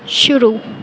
शुरु